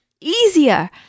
easier